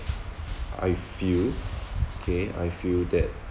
I feel K I feel that